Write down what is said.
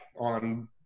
on